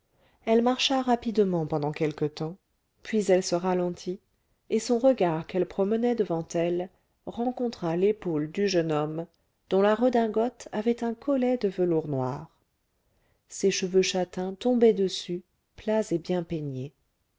elle marcha rapidement pendant quelque temps puis elle se ralentit et son regard qu'elle promenait devant elle rencontra l'épaule du jeune homme dont la redingote avait un collet de velours noir ses cheveux châtains tombaient dessus plats et bien peignés